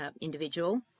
individual